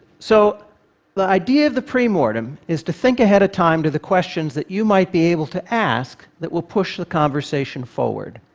so the idea of the pre-mortem is to think ahead of time to the questions that you might be able to ask that will push the conversation forward.